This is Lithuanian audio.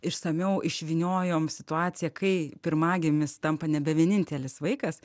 išsamiau išvyniojom situaciją kai pirmagimis tampa nebe vienintelis vaikas